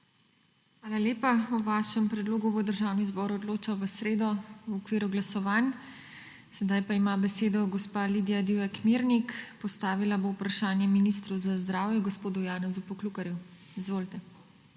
Hvala lepa. O vašem predlogu bo Državni zbor odločal v sredo, 20. oktobra 2021, v okviru glasovanj. Sedaj pa ima besedo gospa Lidija Divjak Mirnik. Postavila bo vprašanje ministru za zdravje gospodu Janezu Poklukarju. Izvolite.